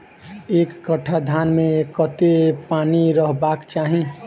एक कट्ठा धान मे कत्ते पानि रहबाक चाहि?